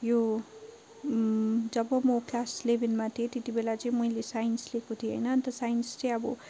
यो जब म क्लास इलेभेनमा थिएँ त्यति बेला चाहिँ मैले साइन्स लिएको थिएँ होइन अन्त साइन्स चाहिँ अब